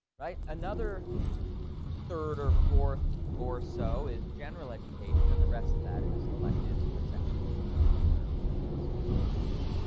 right? another third or fourth or so is general education, and the rest of that is electives or a second major or a minor or whatever the student might choose.